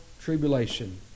tribulation